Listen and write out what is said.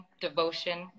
devotion